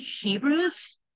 Hebrews